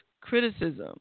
criticism